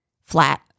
flat